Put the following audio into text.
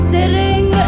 Sitting